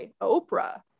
Oprah